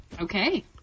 Okay